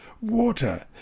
water